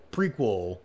Prequel